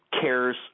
cares